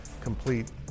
complete